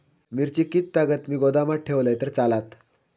मिरची कीततागत मी गोदामात ठेवलंय तर चालात?